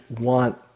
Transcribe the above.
want